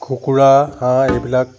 কুকুৰা হাঁহ এইবিলাক